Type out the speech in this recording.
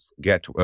get